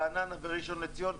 רעננה וראשון-לציון,